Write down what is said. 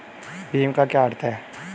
भीम का क्या अर्थ है?